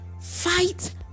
Fight